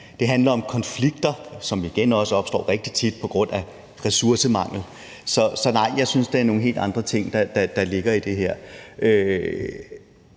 det handler om konflikter, som igen også rigtig tit opstår på grund af ressourcemangel. Så nej, jeg synes, det er nogle helt andre ting, der ligger i det her,